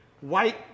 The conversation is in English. white